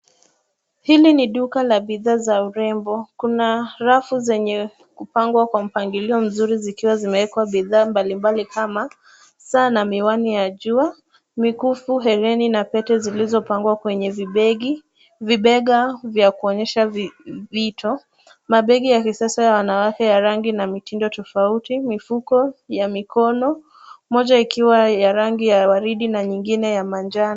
Hili ni duka la bidhaa za urembo. Kuna rafu zenye kupangwa kwa mpangilio mzuri zikiwa zimewekwa bidhaa mbalimbali kama saa na miwani ya jua, mikufu, herini na pete zilizopangwa kwenye vibegi, vibega vya kuonyesha vito, mabegi ya visasa ya wanawake ya rangi na mitindo tofauti, mifuko ya mikono moja ikiwa ya rangi ya waridi na nyingine ya manjano.